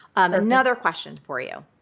another question for you,